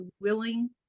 willing